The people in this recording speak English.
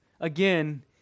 Again